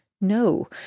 No